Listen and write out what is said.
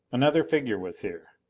another figure was here!